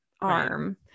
arm